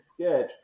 sketch